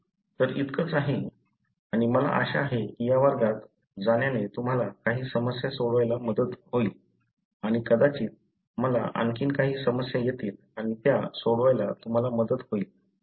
तर इतकंच आहे आणि मला आशा आहे की या वर्गात जाण्याने तुम्हाला काही समस्या सोडवायला मदत होईल आणि कदाचित मला आणखी काही समस्या येतील आणि त्या सोडवायला तुम्हाला मदत होईल